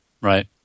Right